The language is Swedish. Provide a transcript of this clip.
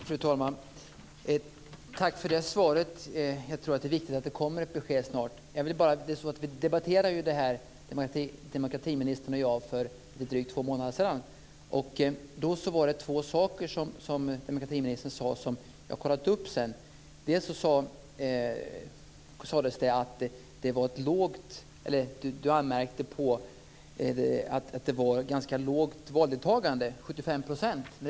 Fru talman! Tack för det svaret. Jag tror att det är viktigt att det kommer ett besked snart. Vi debatterade ju detta, demokratiministern och jag, för drygt två månader sedan. Då var det två saker som demokratiministern sade som jag sedan har kollat upp. Demokratiministern anmärkte på att det var ett ganska lågt valdeltagande, 75 %.